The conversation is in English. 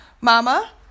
Mama